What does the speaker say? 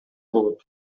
болот